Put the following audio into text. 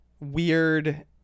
Weird